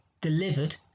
delivered